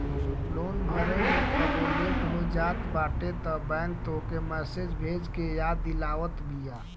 loan भरे में कबो लेट हो जात बाटे तअ बैंक तोहके मैसेज भेज के याद दिलावत बिया